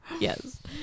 Yes